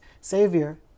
Savior